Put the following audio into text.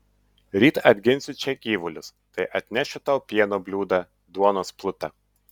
ryt atginsiu čia gyvulius tai atnešiu tau pieno bliūdą duonos plutą